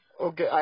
Okay